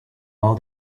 all